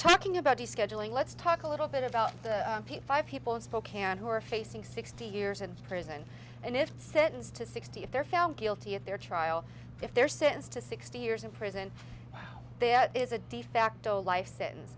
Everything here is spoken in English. talking about the scheduling let's talk a little bit about the five people in spokane who are facing sixty years in prison and if sentenced to sixty if they're found guilty if their trial if they're sentenced to sixty years in prison there is a de facto life sentence